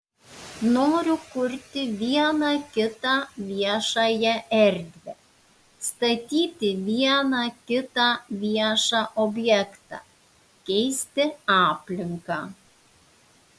noriu kurti vieną kitą viešąją erdvę statyti vieną kitą viešą objektą keisti aplinką